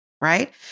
right